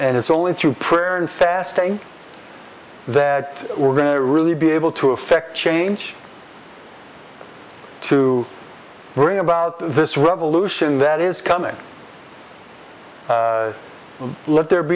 and it's only through prayer and fasting that we're going to really be able to effect change to bring about this revolution that is coming let there